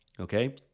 Okay